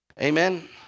Amen